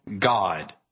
God